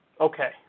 Okay